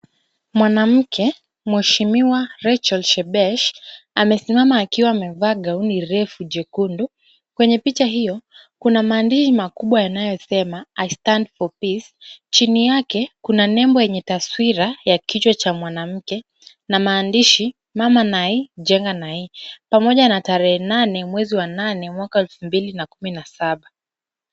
Mwanamke mheshimiwa Rachel Shebesh amesimama akiwa amevaa gauni refu jekundu. Kwenye picha hiyo kuna maandishi makubwa yanayosema i Stand for Peace , chini yake kuna nembo yenye taswira ya kichwa cha mwanamke na maandishi Mama Nai jenga Nai pamoja na tarehe nane mwezi wa nane mwaka wa elfu mbili na kumi na saba.